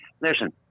listen